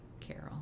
Carol